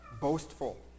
Boastful